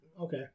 okay